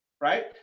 right